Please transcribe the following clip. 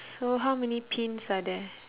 so how many pins are there